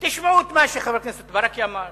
תשמעו את מה שחבר הכנסת ברכה אמר,